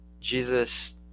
Jesus